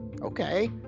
Okay